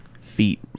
feet